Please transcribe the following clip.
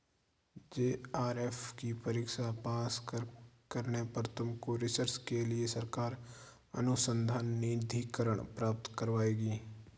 JRF की परीक्षा पास करने पर तुमको रिसर्च के लिए सरकार अनुसंधान निधिकरण प्राप्त करवाएगी